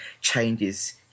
changes